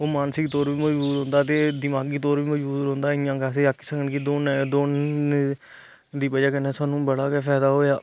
ओह् मानसिक तौर उप्पर बी मजबूत होंदा ते दिमागी तौर उपर बी मजबूत रौंहदा इयां गै अस एह् आक्खी सकने कि दौड़ना दी बजह कन्नै सानू बड़ा गै फायदा होआ दा